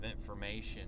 information